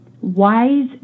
wise